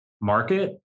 market